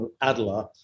Adler